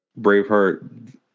Braveheart